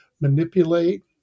manipulate